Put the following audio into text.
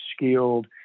skilled